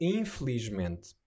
infelizmente